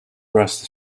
brushed